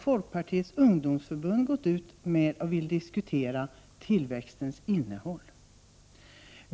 Folkpartiets ungdomsförbund vill diskutera tillväxtens innehåll.